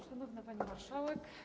Szanowna Pani Marszałek!